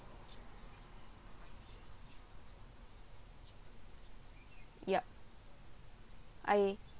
yup I